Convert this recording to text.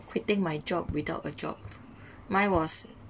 quitting my job without a job mine was